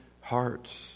hearts